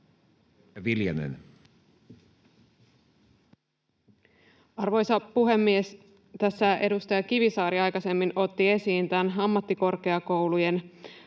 Content: Arvoisa puhemies! Tässä edustaja Kivisaari aikaisemmin otti esiin ammattikorkeakoulujen